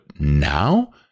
now